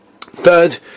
Third